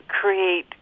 create